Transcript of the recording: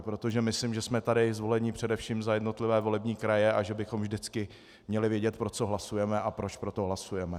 Protože myslím, že jsme tady zvolení především za jednotlivé volební kraje a že bychom vždycky měli vědět, pro co hlasujeme a proč pro to hlasujeme.